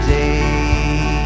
day